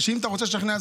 אם אתה רוצה לשכנע,